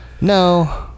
No